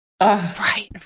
right